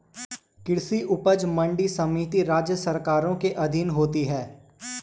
कृषि उपज मंडी समिति राज्य सरकारों के अधीन होता है